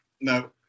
No